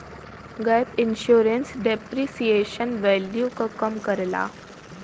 gap insurance depreciation value क कम करला